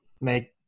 make